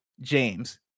James